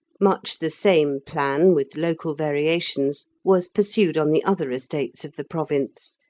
much the same plan, with local variations, was pursued on the other estates of the province,